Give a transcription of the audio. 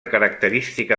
característica